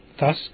Thus